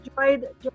enjoyed